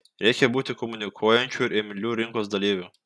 reikia būti komunikuojančiu ir imliu rinkos dalyviu